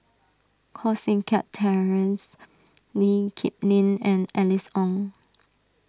Koh Seng Kiat Terence Lee Kip Lin and Alice Ong